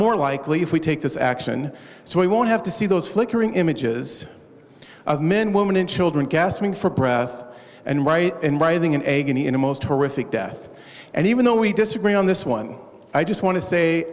more likely if we take this action so we won't have to see those flickering images of men women and children gasping for breath and write and writing and a guinea in a most horrific death and even though we disagree on this one i just want to say